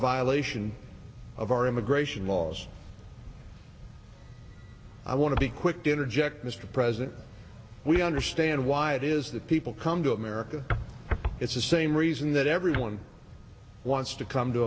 violation of our immigration laws i want to be quick to interject mr president we understand why it is that people come to america it's the same reason that everyone wants to come to